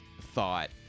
thought